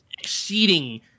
exceeding